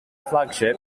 flagship